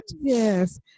Yes